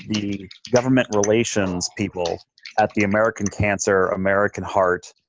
the the government relations people at the american cancer, american heart,